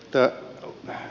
arvoisa puhemies